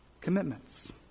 commitments